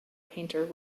painter